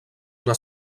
una